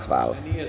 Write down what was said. Hvala.